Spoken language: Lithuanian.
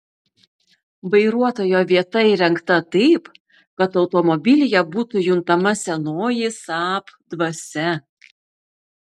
vairuotojo vieta įrengta taip kad automobilyje būtų juntama senoji saab dvasia